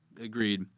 Agreed